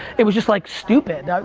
it was just like stupid,